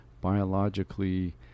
biologically